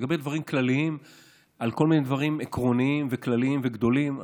לגבי דברים כלליים על כל מיני דברים עקרוניים וכלליים וגדולים,